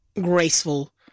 graceful